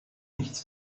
nichts